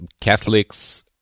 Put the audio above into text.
Catholics